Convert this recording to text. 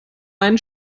einen